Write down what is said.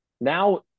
Now